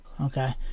Okay